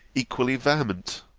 equally vehement.